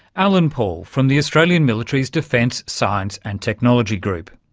allan paull from the australian military's defence, science and technology group.